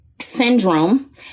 syndrome